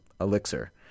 Elixir